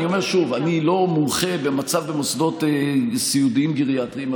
אני אומר שוב: אני לא מומחה במצב במוסדות סיעודיים גריאטריים,